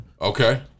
Okay